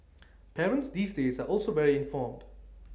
parents these days are also very informed